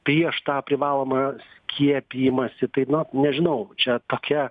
prieš tą privalomą skiepijimąsį tai na nežinau čia tokia